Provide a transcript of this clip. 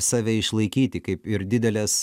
save išlaikyti kaip ir didelės